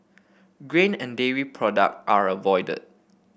grain and dairy product are avoided